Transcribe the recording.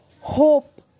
Hope